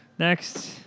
Next